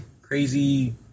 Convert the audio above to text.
crazy